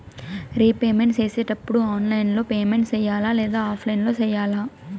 repayment సేసేటప్పుడు online లో payment సేయాలా లేదా ఆఫ్లైన్ లో సేయాలా